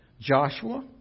Joshua